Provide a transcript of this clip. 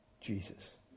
Jesus